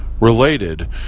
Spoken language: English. related